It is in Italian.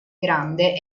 grande